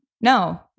no